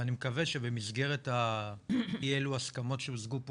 ואני מקווה שבמסגרת אי אילו ההסכמות שהושגו פה